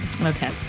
Okay